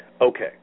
Okay